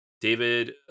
David